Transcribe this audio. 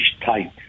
tight